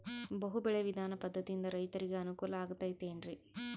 ಬಹು ಬೆಳೆ ವಿಧಾನ ಪದ್ಧತಿಯಿಂದ ರೈತರಿಗೆ ಅನುಕೂಲ ಆಗತೈತೇನ್ರಿ?